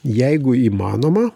jeigu įmanoma